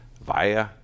via